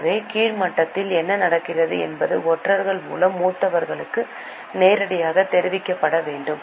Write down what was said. எனவே கீழ் மட்டத்தில் என்ன நடக்கிறது என்பது ஒற்றர்கள் மூலம் மூத்தவர்களுக்கு நேரடியாகத் தெரிவிக்கப்பட வேண்டும்